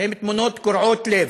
הן תמונות קורעות לב,